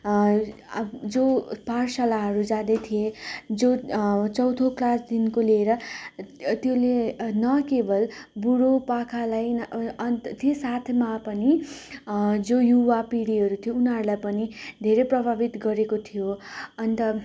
जो पाठशालाहरू जाँदै थिएँ जो चौथो क्लासदेखिको लिएर त्यसले न केवल बुढापाकालाई अन्त त्यो साथमा पनि जुन युवा पिँढीहरू थियो उनीहरूलाई पनि धेरै प्रभावित गरेको थियो अन्त